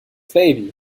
baby